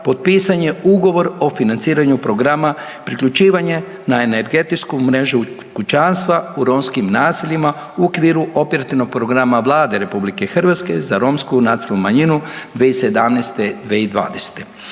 potpisan je Ugovor o financiranju programa priključivanje na energetsku mrežu kućanstva u romskim naseljima u okviru operativnog programa Vlade RH za Romsku nacionalnu manjinu 2017.-2020..